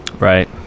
Right